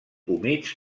humits